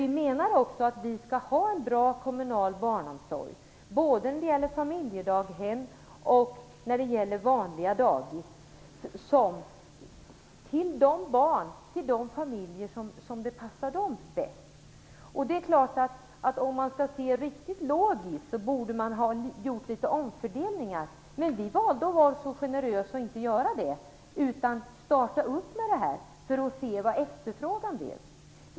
Vi menar också att det skall finnas en bra kommunal barnomsorg, både familjedaghem och vanliga dagis, för de barn och familjer som det passar bäst. Om man skall se på detta riktigt logiskt borde det kanske ha gjorts några omfördelningar. Vi valde att vara så generösa att vi inte gjorde det. Vi startade med det här för att se vilken efterfrågan det blev.